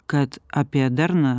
kad apie darną